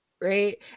right